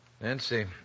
Nancy